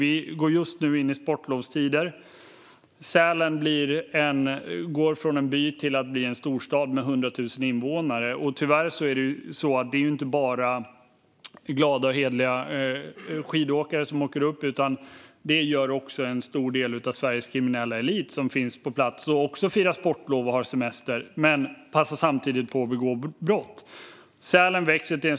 Nu går vi in i sportlovstider, och Sälen går från att vara en by till att bli en stad med 100 000 invånare. Tyvärr är det inte bara hederliga skidåkare som åker dit, utan det gör också en stor del av Sveriges kriminella elit. De firar också sportlov och har semester men passar samtidigt på att begå brott.